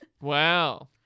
Wow